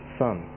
son